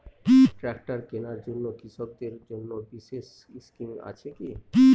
Tractor কেনার জন্য কৃষকদের জন্য বিশেষ স্কিম আছে কি?